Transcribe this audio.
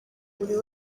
buri